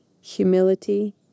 humility